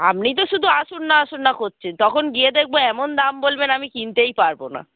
আপনি তো শুধু আসুন না আসুন না করছেন তখন গিয়ে দেখবো এমন দাম বলবেন আমি কিনতেই পারবো না